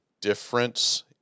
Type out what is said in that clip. Difference